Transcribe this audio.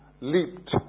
leaped